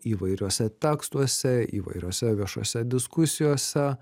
įvairiuose tekstuose įvairiose viešose diskusijose